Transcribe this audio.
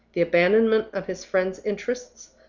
the abandonment of his friend's interests,